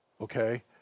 okay